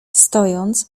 stojąc